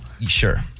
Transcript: sure